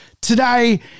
today